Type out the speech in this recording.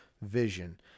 vision